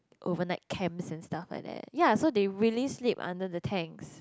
overnight camps and stuff like that ya so they really sleep under the tanks